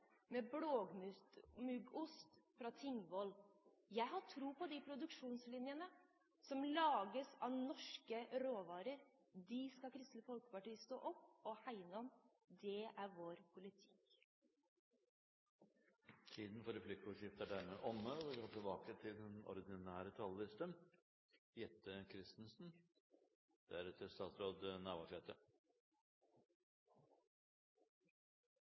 med blåmuggost fra Tingvoll. Jeg har tro på de produksjonslinjene, på det som lages av norske råvarer. Det skal Kristelig Folkeparti stå opp og hegne om. Det er vår politikk. Replikkordskiftet er omme.